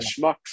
schmucks